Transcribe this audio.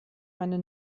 meine